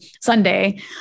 sunday